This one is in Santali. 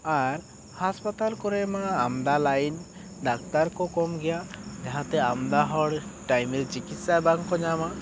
ᱟᱨ ᱦᱟᱥᱯᱟᱛᱟᱞ ᱠᱚᱨᱮ ᱢᱟ ᱟᱢᱫᱟ ᱞᱟᱭᱤᱱ ᱰᱟᱠᱴᱟᱨ ᱠᱚ ᱠᱚᱢ ᱜᱮᱭᱟ ᱡᱟᱦᱟᱸ ᱛᱮ ᱟᱢᱫᱟ ᱦᱚᱲ ᱴᱟᱭᱤᱢ ᱨᱮ ᱪᱤᱠᱤᱛᱥᱟ ᱵᱟᱝ ᱠᱚ ᱧᱟᱢᱟ